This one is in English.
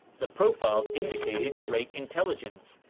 the profiles indicated great intelligence.